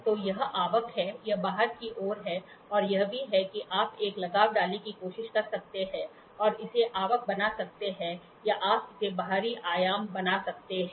तो यह आवक है यह बाहर की ओर है और यह भी है कि आप एक लगाव डालने की कोशिश कर सकते हैं और इसे आवक बना सकते हैं या आप इसे बाहरी आयाम बना सकते हैं